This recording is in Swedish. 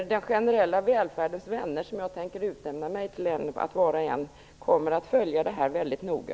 Den generella välfärdens vänner - jag vill utnämna mig till en av dem - kommer att följa detta mycket noga.